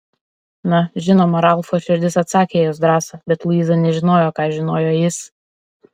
na žinoma ralfo širdis atsakė į jos drąsą bet luiza nežinojo ką žinojo jis